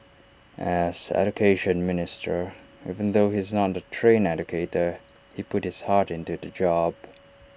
as Education Minister even though he is not A trained educator he put his heart into the job